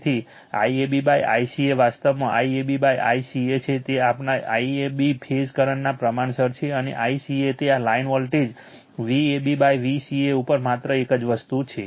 તેથી IAB ICA વાસ્તવમાં VabVca છે તે તેમના IAB ફેઝ કરંટના પ્રમાણસર છે અને ICA તે લાઇન વોલ્ટેજ VabVca ઉપર માત્ર એક જ વસ્તુ છે